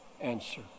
answer